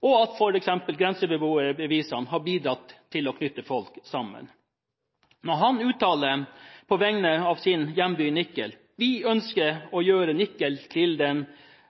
og at f.eks. grenseboerbevisene har bidratt til å knytte folk sammen. På vegne av sin hjemby, Nikel, har ordføreren uttalt at de ønsker